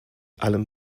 allem